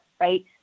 right